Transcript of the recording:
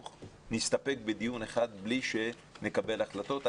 נסתפק בדיון אחד בלי שנקבל החלטות.